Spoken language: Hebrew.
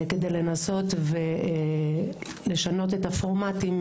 כדי לנסות ולשנות את הפורמטים.